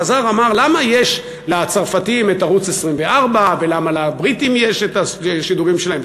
חזר ואמר: למה יש לצרפתים ערוץ 24 ולמה לבריטים יש השידורים שלהם,